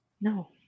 No